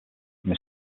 from